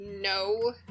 No